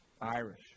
Irish